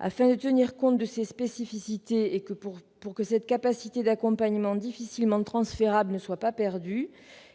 Afin de tenir compte de ces spécificités, pour que cette capacité d'accompagnement difficilement transférable ne soit pas perdue,